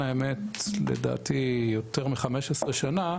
לדעתי כבר יותר מ-15 שנה,